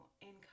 income